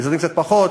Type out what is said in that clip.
משרדים עם קצת פחות,